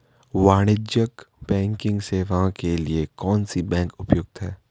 वाणिज्यिक बैंकिंग सेवाएं के लिए कौन सी बैंक उपयुक्त है?